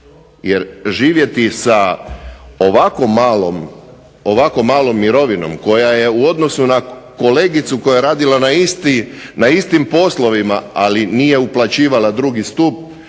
Jer živjeti sa ovako malom mirovinom koja je u odnosu na kolegicu koja je radila na istim poslovima, ali nije uplaćivala drugi stup